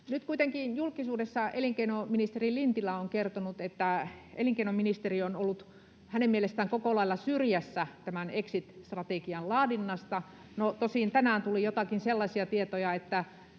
Nyt kuitenkin julkisuudessa elinkeinoministeri Lintilä on kertonut, että työ- ja elinkeinoministeriö on ollut hänen mielestään koko lailla syrjässä tämän exit-strategian laadinnasta. No, tosin tänään tuli joitakin sellaisia tietoja, että